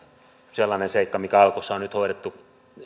sellainen seikka mikä alkossa on hoidettu